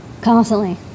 Constantly